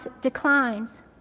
declines